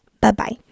bye-bye